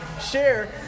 Share